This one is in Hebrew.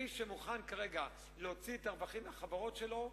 מי שמוכן כרגע להוציא את הרווחים מן החברות שלו,